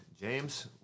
James